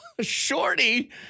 Shorty